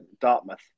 Dartmouth